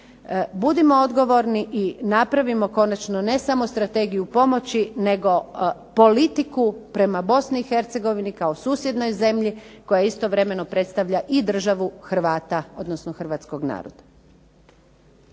Budimo odgovorni i napravimo konačno ne samo strategiju pomoći nego politiku prema BiH kao susjednoj zemlji koja istovremeno predstavlja i državu Hrvata, odnosno hrvatskog naroda.